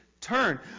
turn